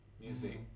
music